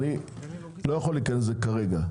אני לא יכול להיכנס לזה כרגע.